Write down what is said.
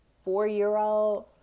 four-year-old